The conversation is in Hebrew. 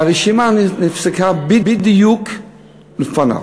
הרשימה נפסקה בדיוק לפניו.